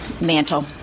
mantle